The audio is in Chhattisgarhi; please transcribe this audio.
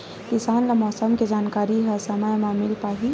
किसान ल मौसम के जानकारी ह समय म मिल पाही?